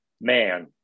Man